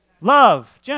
Love